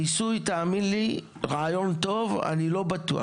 מיסוי, תאמין לי, רעיון טוב, אני לא בטוח.